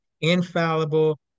infallible